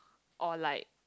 or like